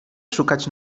szukać